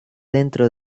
dentro